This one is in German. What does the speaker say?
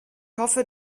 hoffe